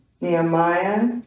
Nehemiah